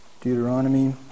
Deuteronomy